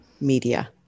media